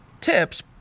tips